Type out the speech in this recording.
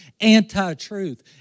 anti-truth